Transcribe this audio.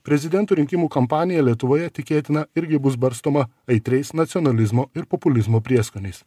prezidento rinkimų kampanija lietuvoje tikėtina irgi bus barstoma aitriais nacionalizmo ir populizmo prieskoniais